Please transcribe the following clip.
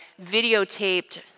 videotaped